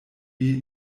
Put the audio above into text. wie